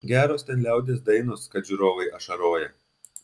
geros ten liaudies dainos kad žiūrovai ašaroja